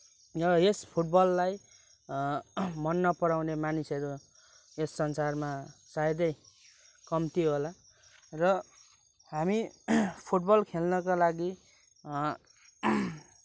र यस फुटबललाई मन नपराउने मानिसहरू यस संसारमा सायदै कम्ती होला र हामी फुटबल खेल्नका लागि